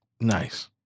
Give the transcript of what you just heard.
Nice